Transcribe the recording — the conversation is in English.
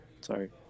Sorry